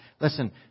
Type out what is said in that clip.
Listen